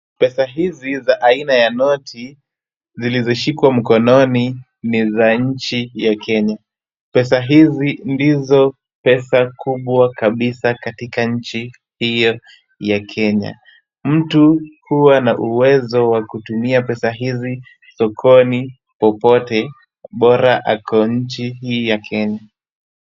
Pesa hizi za aina ya noti zilizoshikwa mkononi ni za nchi ya Kenya. Pesa hizi ndizo pesa kubwa kabisa katika nchi hiyo ya Kenya. Mtu huwa ana uwezo wa kutumia pesa hizi sokoni popote, bora ako nchi hii ya Kenya.